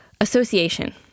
association